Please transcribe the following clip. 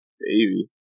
Baby